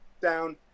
down